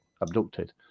abducted